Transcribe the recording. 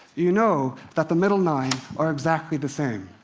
you know that the middle nine are exactly the same.